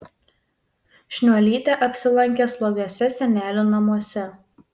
šniuolytė apsilankė slogiuose senelių namuose